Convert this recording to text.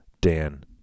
Dan